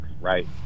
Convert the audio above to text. right